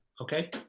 Okay